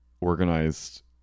organized